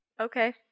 Okay